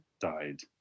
died